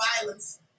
violence